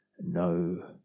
No